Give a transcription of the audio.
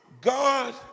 God